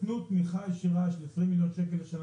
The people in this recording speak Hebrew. נתנו תמיכה ישירה של 20 מיליון שקל לשנה